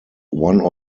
one